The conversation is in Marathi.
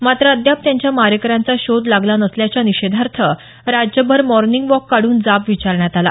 मात्र अद्याप त्यांच्या मारेकऱ्यांचा शोध लागला नसल्याच्या निषेधार्थ राज्यभर मॉर्निंग वॉक काढून जाब विचारण्यात आला